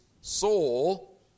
soul